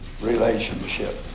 relationship